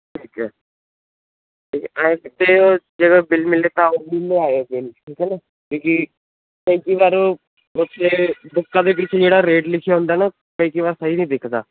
ਠੀਕ ਹੈ ਅਤੇ ਐਂ ਤੇ ਉਹ ਜਿਹੜਾ ਬਿਲ ਮਿਲਿਆ ਉਤਾਂਹ ਲੈ ਆਇਓ ਬਿਲ ਠੀਕ ਹੈ ਨਾ ਵੀ ਕਈ ਵਾਰ ਇਹ ਬੁੱਕਾਂ ਦੇ ਵਿੱਚ ਜਿਹੜਾ ਰੇਟ ਲਿਖਿਆ ਹੁੰਦਾ ਨਾ ਸਹੀ ਨਹੀਂ ਦਿਖਦਾ